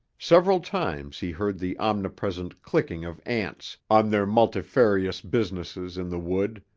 several times he heard the omnipresent clicking of ants on their multifarious businesses in the wood,